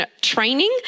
training